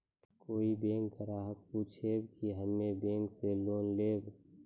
कोई बैंक ग्राहक पुछेब की हम्मे बैंक से लोन लेबऽ?